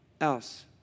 else